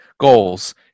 goals